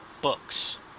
books